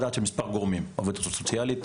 דעת של מספר גורמים: עובדת סוציאלית,